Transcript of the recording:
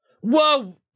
Whoa